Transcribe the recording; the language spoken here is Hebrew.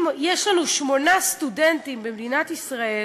אם יש לנו שמונה סטודנטים במדינת ישראל